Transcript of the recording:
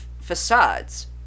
facades